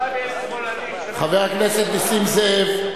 עכשיו יש שמאלנים, חבר הכנסת זאב.